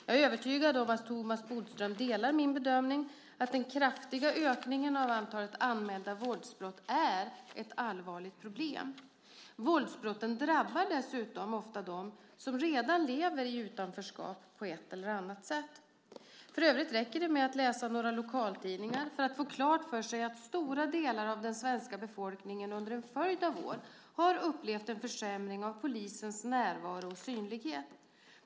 Jag är övertygad om att Thomas Bodström delar min bedömning att den kraftiga ökningen av antalet anmälda våldsbrott är ett allvarligt problem. Våldsbrotten drabbar dessutom ofta de som redan lever i utanförskap på ett eller annat sätt. För övrigt räcker det med att läsa några lokaltidningar för att få klart för sig att stora delar av den svenska befolkningen under en följd av år har upplevt en försämring av polisens närvaro och synlighet.